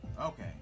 okay